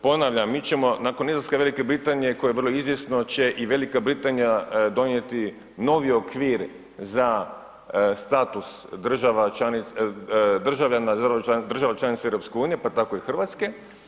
Ponavljam, mi ćemo nakon izlaska Velike Britanije koje je vrlo izvjesno će i Velika Britanija donijeti novi okvir za status država članica, država članica EU, pa tako i Hrvatske.